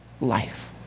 life